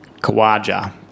Kawaja